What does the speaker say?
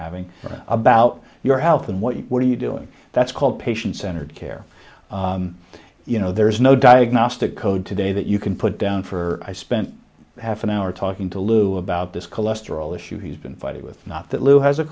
having about your health and what you what are you doing that's called patient centered care you know there is no diagnostic code today that you can put down for i spent half an hour talking to lou about this cholesterol issue he's been fighting with not that lou has a